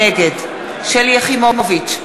נגד שלי יחימוביץ,